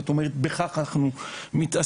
זאת אומרת בכך אנחנו מתעסקים,